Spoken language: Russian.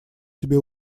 себе